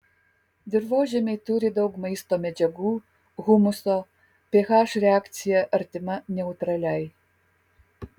dirvožemiai turi daug maisto medžiagų humuso ph reakcija artima neutraliai